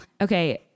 Okay